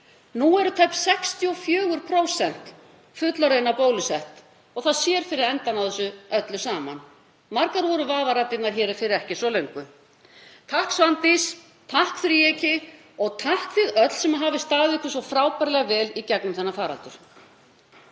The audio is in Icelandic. Nú eru tæp 64% fullorðinna bólusett. Það sér fyrir endann á þessu öllu saman. Margar voru vafaraddirnar hér fyrir ekki svo löngu. — Takk, Svandís, takk, þríeyki, og takk, þið öll sem hafi staðið ykkur svo frábærlega vel í gegnum þennan faraldur.